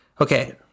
Okay